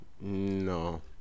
no